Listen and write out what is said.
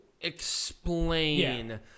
explain